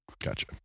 Gotcha